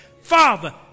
Father